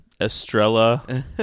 Estrella